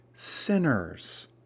sinners